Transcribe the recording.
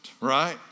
right